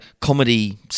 comedy